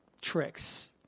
tricks